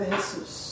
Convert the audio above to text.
Jesus